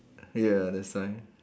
ya that's why